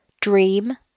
Dream